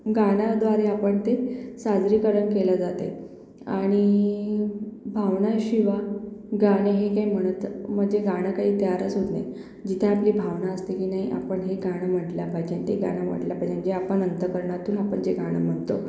गाण्याद्वारे आपण ते सादरीकरण केलं जाते आणि भावनाशिवाय गाणे हे काय म्हणत मग ते गाणं काही तयारच होत नाही जिथे आपली भावना असते की नाही आपण हे गाणं म्हटलं पाहिजे ते गाणं म्हटलं पाहिजे जे आपण अंतःकरणातून आपण जे गाणं म्हणतो